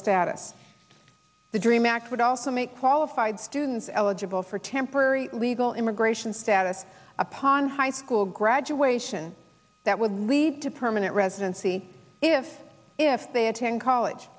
status the dream act would also make qualified students eligible for temporary legal immigration status upon high school graduation that would lead to permanent residency if if they attend college